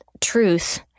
truth